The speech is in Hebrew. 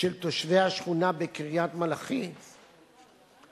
של תושבי השכונה בקריית-מלאכי ולגנות